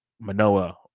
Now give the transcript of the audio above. Manoa